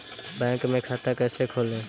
Bank में खाता कैसे खोलें?